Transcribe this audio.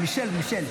מישל, מישל.